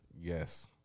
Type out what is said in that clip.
Yes